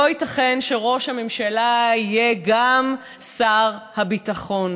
לא ייתכן שראש הממשלה יהיה גם שר הביטחון.